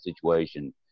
situation